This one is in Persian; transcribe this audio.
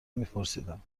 میپرسیدم